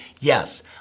Yes